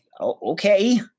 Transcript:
Okay